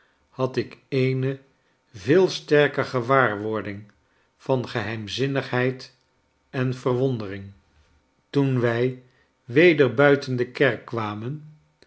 ehadik eene veel sterker gewaarwording van geheimzinnigheid en verwondering toen wij weder buiten de kerk kwamen